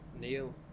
Neil